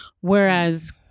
whereas